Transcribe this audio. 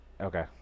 Okay